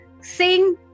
sing